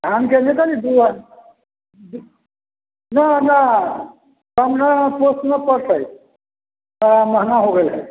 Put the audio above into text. आनतै नहि तऽ पूरा नहि हमरा सामनेमे पोश नहि पड़तै आ महँगा हो गेल हइ